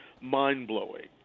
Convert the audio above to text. mind-blowing